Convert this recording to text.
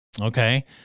Okay